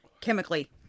chemically